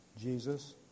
Jesus